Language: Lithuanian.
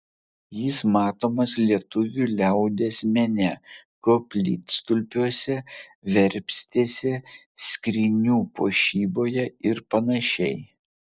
jis matomas lietuvių liaudies mene koplytstulpiuose verpstėse skrynių puošyboje ir panašiai